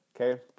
okay